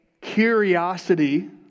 curiosity